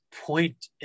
point